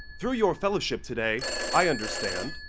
through your fellowship today, i understand